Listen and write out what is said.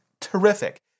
terrific